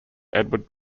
edward